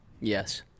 Yes